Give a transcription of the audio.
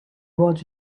was